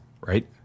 right